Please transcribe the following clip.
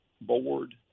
board